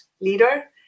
leader